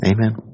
Amen